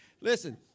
Listen